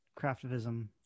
craftivism